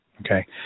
Okay